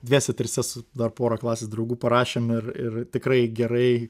dviese trise su dar pora klasės draugų parašėm ir ir tikrai gerai